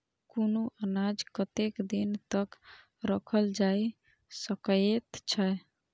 कुनू अनाज कतेक दिन तक रखल जाई सकऐत छै?